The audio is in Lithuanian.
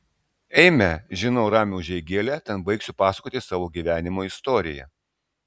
eime žinau ramią užeigėlę ten baigsiu pasakoti savo gyvenimo istoriją